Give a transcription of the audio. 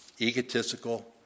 egotistical